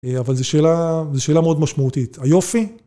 אבל זו שאלה, זו שאלה מאוד משמעותית. היופי.